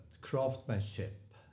craftsmanship